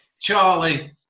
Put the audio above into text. Charlie